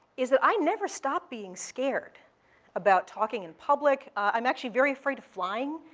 is that i never stop being scared about talking in public. i'm actually very afraid of flying.